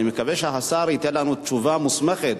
אני מקווה שהשר ייתן לנו תשובה מוסמכת,